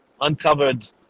uncovered